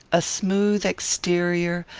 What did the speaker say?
a smooth exterior,